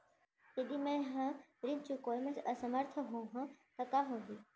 यदि मैं ह ऋण चुकोय म असमर्थ होहा त का होही?